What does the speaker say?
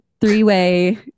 three-way